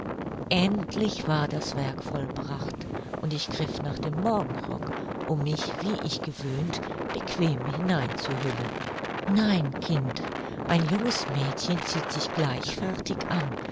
endlich war das werk vollbracht und ich griff nach dem morgenrock um mich wie ich gewöhnt bequem hinein zu hüllen nein kind ein junges mädchen zieht sich gleich fertig an